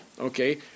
Okay